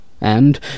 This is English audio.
And